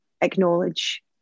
acknowledge